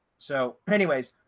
so anyways,